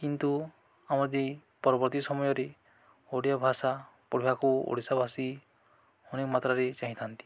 କିନ୍ତୁ ଆମ ପରବର୍ତ୍ତୀ ସମୟରେ ଓଡ଼ିଆ ଭାଷା ପଢ଼ିବାକୁ ଓଡ଼ିଶା ଭାଷୀ ଅନେକ ମାତ୍ରାରେ ଚାହିଁଥାନ୍ତି